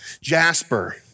Jasper